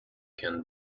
can